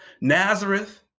Nazareth